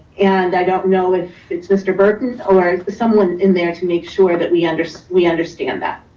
and i don't know if it's mr. burton or someone in there to make sure that we understand we understand that.